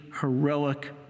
heroic